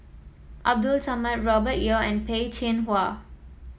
Abdul Samad Robert Yeo and Peh Chin Hua